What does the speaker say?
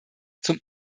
zum